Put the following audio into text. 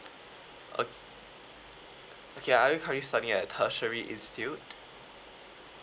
o~ okay are you currently studying at tertiary institute